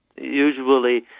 usually